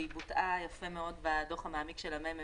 היא בוטאה יפה מאוד בדוח המעמיק של מרכז